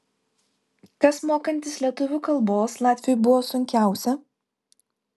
kas mokantis lietuvių kalbos latviui buvo sunkiausia